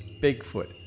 Bigfoot